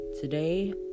Today